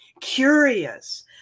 curious